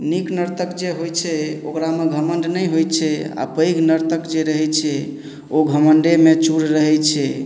नीक नर्तक जे होइ छै ओकरामे घमण्ड नहि होइ छै आ पैघ नर्तक जे रहै छै ओ घम्डेमे चूड़ रहै छै